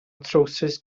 trowsus